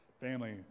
Family